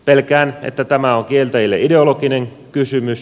pelkään että tämä on kieltäjille ideologinen kysymys